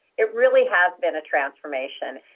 it really has been a transformation.